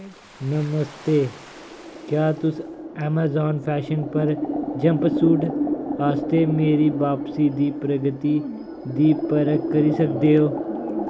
नमस्ते क्या तुस Amazon fashion पर जंपसूट आस्तै मेरी बापसी दी प्रगति दी परख करी सकदे ओ